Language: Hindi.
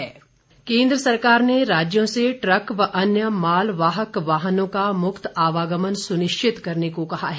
आदेश केन्द्र सरकार ने राज्यों से ट्रक और अन्य माल वाहक वाहनों का मुक्त आवागमन सुनिश्चित करने को कहा है